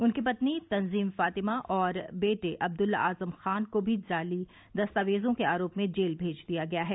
उनकी पत्नी तंजीन फातिमा और बेटे अब्दला आजम खां को भी जाली दस्तावेजों के आरोप में जेल भेज दिया गया है